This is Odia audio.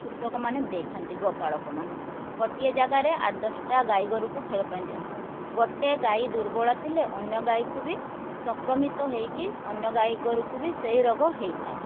କୃଷକ ମାନେ ଦେଇଥାନ୍ତି ଗୋପାଳକ ମାନେ ଗୋଟିଏ ଜାଗାରେ ଆଠ ଦଶଟା ଗାଈ ଗୋରୁକୁ ଖାଇବା ପାଇଁ ଦିଅନ୍ତି ଗୋଟେ ଗାଈ ଦୁର୍ବଳ ଥିଲେ ଅନ୍ୟ ଗାଈକୁ ବି ସଂକ୍ରମିତ ହେଇକି ଅନ୍ୟ ଗାଈଗୋରୁକୁ ବି ସେଇ ରୋଗ ହେଇଥାଏ